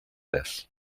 this